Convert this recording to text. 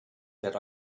that